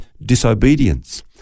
disobedience